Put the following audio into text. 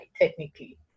technically